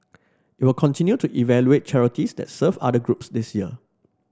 it will continue to evaluate charities that serve other groups this year